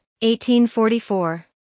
1844